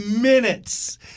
minutes